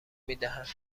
میدهد